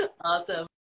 Awesome